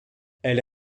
elle